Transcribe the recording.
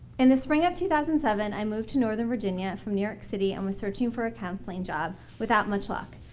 and the spring of two thousand and seven, i moved to northern virginia from new york city and was searching for a counseling job without much luck.